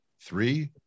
Three